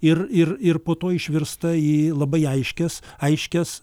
ir ir ir po to išvirsta į labai aiškias aiškias